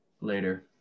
later